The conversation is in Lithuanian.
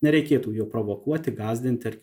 nereikėtų jo provokuoti gąsdinti ar